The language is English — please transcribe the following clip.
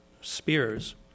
spears